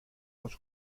los